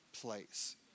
place